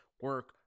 Work